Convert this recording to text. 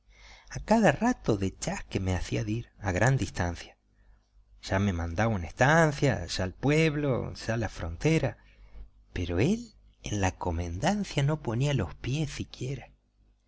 a cada rato de chasque me hacía dir a gran distancia ya me mandaba a una estancia ya al pueblo ya a la frontera pero él en la comendancia no ponía los pies siquiera